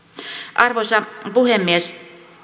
arvoisa puhemies